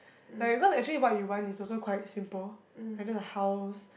like because actually what we want is also quite simple like just a house